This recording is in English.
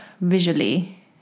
visually